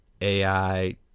AI